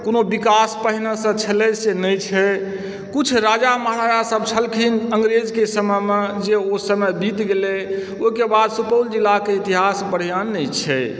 कोनो विकास पहिले से छलै से नहि छै किछु राजा महाराज सब छलखिन अङ्ग्रेजके समयमे जे ओ समय बित गेलै ओहिके बाद सुपौल जिलाके इतिहास बढ़िऑं नहि छै